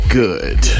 good